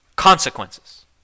consequences